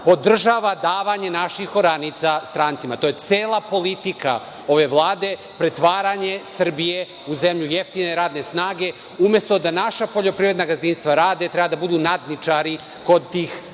podržava davanje naših oranica strancima. To je cela politika ove Vlade, pretvaranje Srbije u zemlju jeftine radne snage. Umesto da naša poljoprivredna gazdinstva rade, treba da budu nadničari kod tih stranih